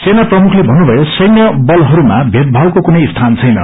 सेना प्रमुखले भन्नुभयो सैन्यवलहरूमा मेदभावको कुनै स्थान छैन